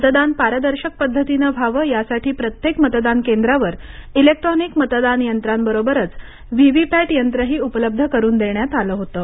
मतदान पारदर्शक पद्धतीनं व्हावं यासाठी प्रत्येक मतदान केंद्रावर इलेक्ट्रोनिक मतदान यंत्रांबरोबरच व्ही व्ही पॅट यंत्रही उपलब्ध करून देण्यात आलं होतं